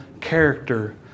character